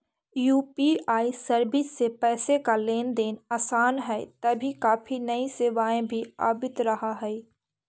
UPI service से पैसे का लेन देन आसान हई तभी काफी नई सेवाएं भी आवित रहा हई